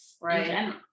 Right